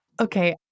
Okay